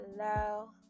Hello